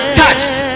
touched